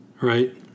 right